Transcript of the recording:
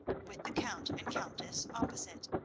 with the count and countess opposite.